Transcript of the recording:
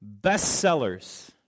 Bestsellers